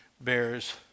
bears